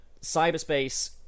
cyberspace